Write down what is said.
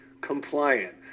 compliant